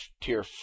Tier